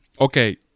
Okay